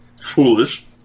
foolish